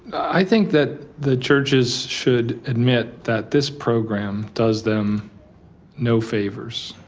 i think that the churches should admit that this program does them no favours,